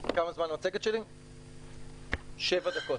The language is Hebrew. שבע דקות.